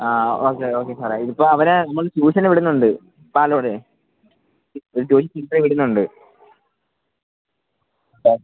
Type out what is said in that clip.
ആ okay okay സാറെ ഇത് ഇപ്പോൾ അവനെ നമ്മൾ ട്യൂഷന് വിടുന്നുണ്ട് പാലോട് വിടുന്നുണ്ട് അപ്പോൾ